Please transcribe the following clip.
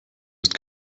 ist